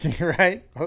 Right